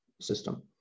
system